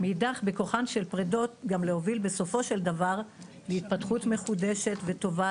מאידך בכוחן של פרידות גם להוביל בסופו של דבר להתפתחות מחודשת וטובה,